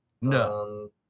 No